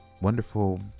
wonderful